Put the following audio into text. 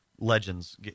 legends